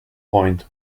point